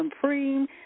supreme